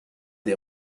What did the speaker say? des